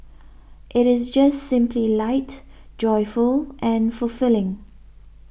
it is just simply light joyful and fulfilling